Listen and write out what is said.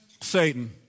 Satan